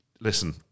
listen